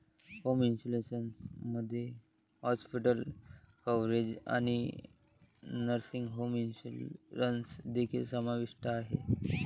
home insurance मध्ये hospital coverage आणि nursing home insurance देखील समाविष्ट आहे